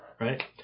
Right